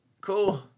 Cool